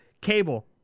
cable